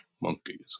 monkeys